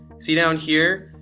see down here?